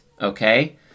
okay